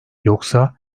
yoksa